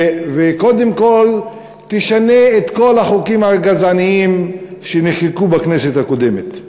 וקודם כול יש לשנות את כל החוקים הגזעניים שנחקקו בכנסת הקודמת.